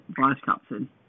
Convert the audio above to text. vice-captain